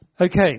Okay